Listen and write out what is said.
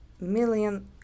million